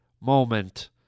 moment